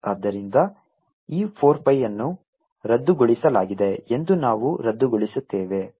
ಆದ್ದರಿಂದ ಈ 4 pi ಅನ್ನು ರದ್ದುಗೊಳಿಸಲಾಗಿದೆ ಎಂದು ನಾವು ರದ್ದುಗೊಳಿಸುತ್ತೇವೆ